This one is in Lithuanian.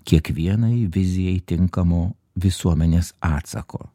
kiekvienai vizijai tinkamo visuomenės atsako